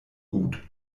gut